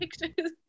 pictures